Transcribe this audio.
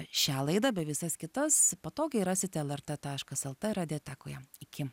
šią laidą bei visas kitas patogiai rasite lrt taškas lt radiotekoje iki